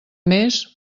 més